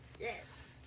Yes